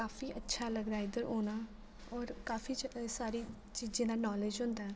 काफी अच्छा लगदा इद्धर औना होर काफी सारी चीजें दा नालेज होंदा ऐ